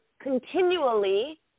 continually